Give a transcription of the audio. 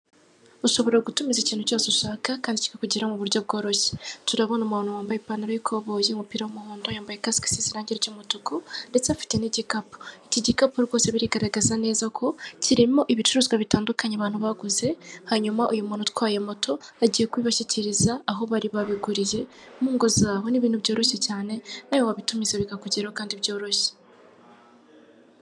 Ushobora gutumiza ikintu cyose ushaka kandi kikakugeraho mu buryo bworoshye. Turabona umuntu wambaye ipantaro y'ikoboyi, umupira w'umuhondo, yambaye kasike isize irangi ry'umutuku ndetse afite n'igikapu. Iki gikapu rwose birigaragaza neza ko kirimo ibicuruzwa bitandukanye abantu baguze, hanyuma uyu muntu utwaye moto agiye kubibashyikiriza aho bari babiguriye mu ngo zabo. Ni ibintu byoroshye cyane nawe wabitumiza bikakugeraho kandi byoroshye.